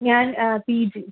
ഞാൻ P G